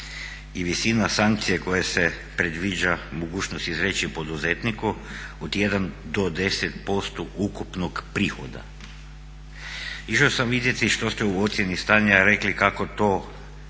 visina sankcije koja se predviđa mogućnost izreći poduzetniku od 1 do 10% ukupnog prihoda, išao sam vidjeti što ste u ocjeni stanja rekli kako je